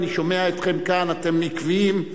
אני שומע אתכם כאן, ואתם עקביים.